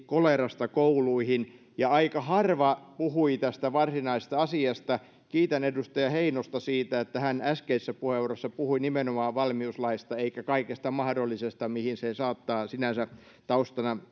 kolerasta kouluihin ja aika harva puhui tästä varsinaisesta asiasta kiitän edustaja heinosta siitä että hän äskeisessä puheenvuorossaan puhui nimenomaan valmiuslaista eikä kaikesta mahdollisesta mihin se saattaa sinänsä taustana